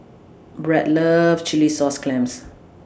Brad loves Chilli Sauce Clams